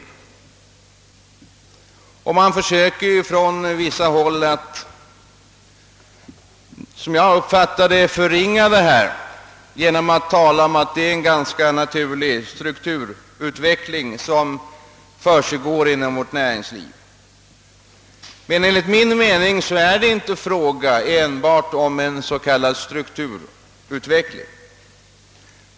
På vissa håll försöker man, som jag uppfattar saken, förringa svårigheterna härvidlag genom att säga att det är en ganska naturlig strukturutveckling som försiggår inom vårt näringsliv. Men enligt min mening är det inte fråga enbart om en s.k. strukturutveckling.